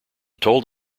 told